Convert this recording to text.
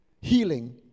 healing